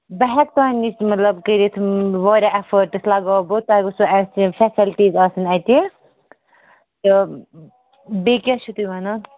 بہٕ ہٮ۪کہٕ تۄہہِ نِش مطلب کٔرِتھ وارایاہ اٮ۪فٲٹٕس لَگاو بہٕ تۄہہِ گوٚژھو فٮ۪سَلٹیٖز آسٕنۍ اَتہِ تہٕ بیٚیہِ کیٛاہ چھُ تُہۍ وَنان